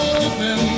open